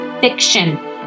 fiction